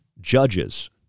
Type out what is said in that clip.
Judges